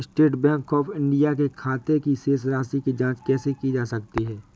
State Bank of India के खाते की शेष राशि की जॉंच कैसे की जा सकती है?